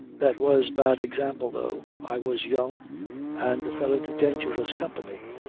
that was bad example though. i was young and fell into dangerous company,